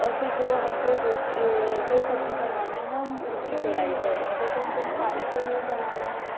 और फिर जो हमको जाे जो सब्ज़ी बनाना है हम उसकी तैयारी करेंगे जैसे हमको पालक पनीर बनाना है